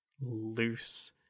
loose